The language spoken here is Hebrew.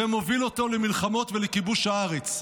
ומוביל אותו למלחמות ולכיבוש הארץ.